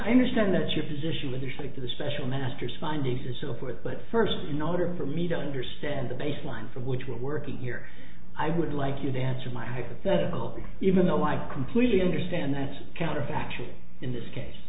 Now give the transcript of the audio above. first understand that's your position with respect to the special masters findings and so forth but first in order for me to understand the baseline for which we're working here i would like you to answer my hypothetical because even though i completely understand that's counterfactual in this case